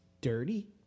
dirty